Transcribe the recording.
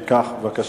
אם כך, בבקשה.